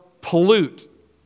pollute